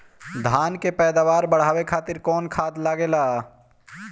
धान के पैदावार बढ़ावे खातिर कौन खाद लागेला?